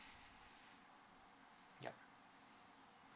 yup